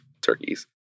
turkeys